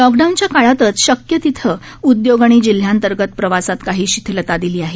लॉकडाऊनच्या काळातच शक्य तिथे उद्योग आणि जिल्ह्यांतर्गत प्रवासात काही शिथीलता दिली आहे